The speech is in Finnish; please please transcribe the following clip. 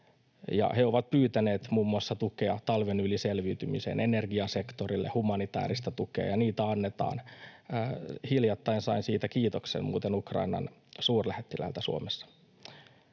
he ovat pyytäneet muun muassa tukea talven yli selviytymiseen energiasektorille ja humanitääristä tukea, ja niitä annetaan. Hiljattain sain siitä muuten kiitoksen Ukrainan suurlähettiläältä Suomessa.